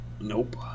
Nope